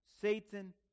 Satan